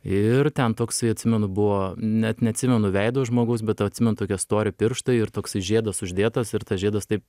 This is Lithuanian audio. ir ten toksai atsimenu buvo net neatsimenu veido žmogaus bet atsimenu tokie stori pirštai ir toks žiedas uždėtas ir tas žiedas taip